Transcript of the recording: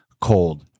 cold